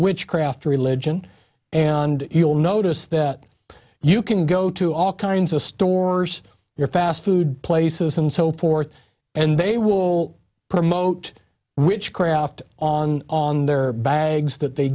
witchcraft religion and you'll notice that you can go to all kinds of stores your fast food places and so forth and they will promote witchcraft on on their bags that they